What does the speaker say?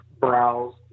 browse